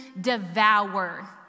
devour